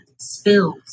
spills